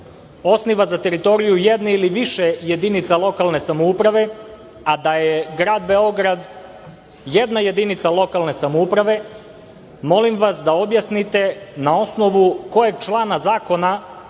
osniva za teritoriju jedne ili više jedinica lokalne samouprave, a da je grad Beograd, jedna jedinica lokalne samouprave, molim vas da objasnite na osnovu kojeg člana zakona